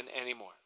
anymore